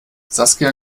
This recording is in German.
saskia